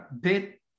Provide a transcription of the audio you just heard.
bit